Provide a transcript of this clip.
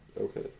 Okay